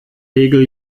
hegel